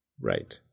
right